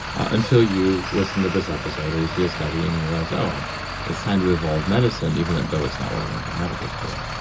until you listen to this episode or you see a study and you realize, ah um it's time to evolve medicine, even though it's not what i learned in medical school.